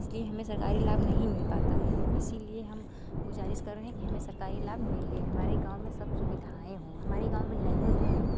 इस लिए हमें सरकारी लाभ नहीं मिल पाता है इसी लिए हम गुज़ारिश कर रहें कि हमें सरकारी लाभ मिले हमारे गाँव में सब सुविधाएँ हों हमारे गाँव में नहीं हैं